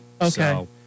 Okay